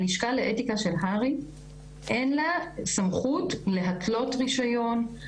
ה לשכה לאתיקה של הר"י אין לה סמכות להתלות רישיון,